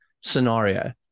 scenario